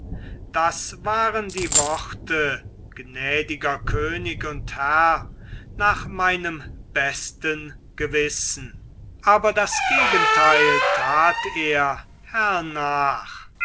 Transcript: das waren die worte gnädiger könig und herr nach meinem besten gewissen aber das gegenteil tat er hernach